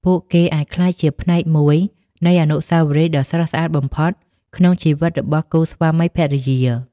ពួកគេអាចក្លាយជាផ្នែកមួយនៃអនុស្សាវរីយ៍ដ៏ស្រស់ស្អាតបំផុតក្នុងជីវិតរបស់គូស្វាមីភរិយា។